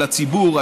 על הציבור,